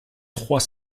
trois